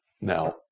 Now